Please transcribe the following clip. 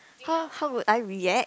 how how would I react